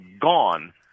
gone